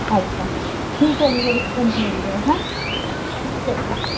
ਅੱਛਾ ਠੀਕ ਹੈ ਜੀ ਫਿਰ ਅਸੀਂ ਤੁਹਾਨੂੰ ਮਿਲਦੇ ਹਾਂ ਹੈ ਠੀਕ ਹੈ ਜੀ